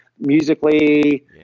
musically